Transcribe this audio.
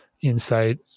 insight